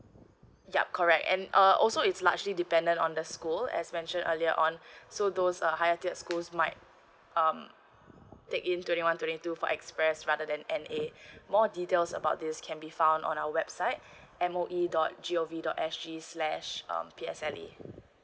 yup correct and uh also it's largely dependent on the school as mentioned earlier on so those are higher tier school might um take in twenty one twenty two for express rather than an eight more details about this can be found on our website M_O_E dot G_O_V dot S_G slash um P_S_L_E